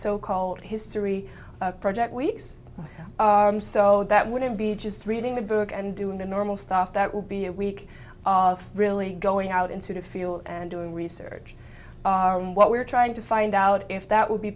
so called history project weeks so that wouldn't be just reading a book and doing the normal stuff that would be a week of really going out into the field and doing research arm what we're trying to find out if that would be